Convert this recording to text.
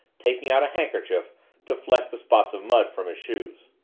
taking out a handkerchief to fleck the spots of mud from his shoes.